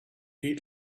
heat